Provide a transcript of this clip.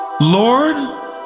Lord